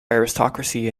aristocracy